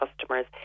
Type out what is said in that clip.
customers